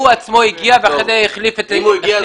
הוא עצמו הגיע ואחרי זה החליף אותו --- אם הוא הגיע,